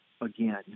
again